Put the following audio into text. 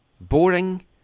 Boring